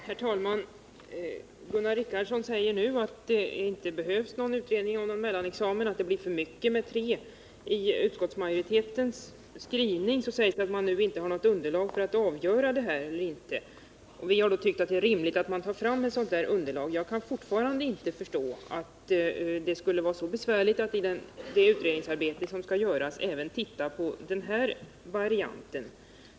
Herr talman! Gunnar Richardson säger nu att det inte behövs någon utredning om en mellanexamen och att det blir för mycket med tre utredningsalternativ. I utskottets skrivning sägs att man inte har något underlag i detta avseende. Vi har ansett det vara rimligt att ta fram ett sådant underlag. Jag kan fortfarande inte förstå att det skall vara så besvärligt, när det ändå skall utredas, att även se på den här varianten.